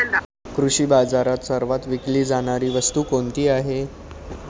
कृषी बाजारात सर्वात विकली जाणारी वस्तू कोणती आहे?